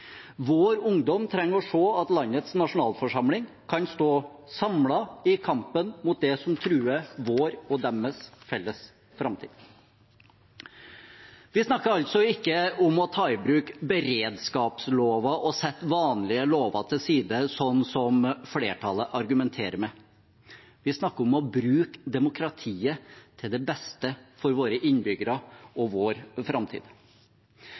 Vår ungdom trenger å se at landets nasjonalforsamling kan stå samlet i kampen mot det som truer vår – og deres – felles framtid. Vi snakker altså ikke om å ta i bruk beredskapsloven og sette vanlige lover til side, som flertallet argumenterer med. Vi snakker om å bruke demokratiet til det beste for våre innbyggere og vår framtid.